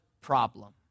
problem